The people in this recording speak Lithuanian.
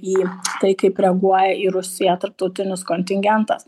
į tai kaip reaguoja į rusiją tarptautinis kontingentas